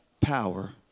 power